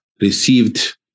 received